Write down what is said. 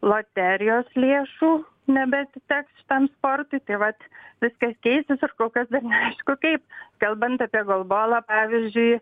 loterijos lėšų nebeatiteks šitam sportui tai vat viskas keisis ir kol kas neaišku kaip kalbant apie golbolą pavyzdžiui